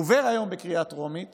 הוא עובר היום בקריאה טרומית